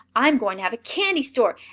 i'm going to have a candy store,